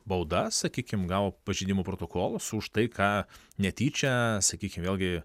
baudas sakykim gavo pažeidimo protokolus už tai ką netyčia sakykim vėlgi